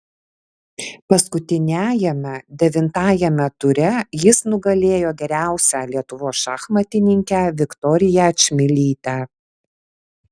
paskutiniajame devintajame ture jis nugalėjo geriausią lietuvos šachmatininkę viktoriją čmilytę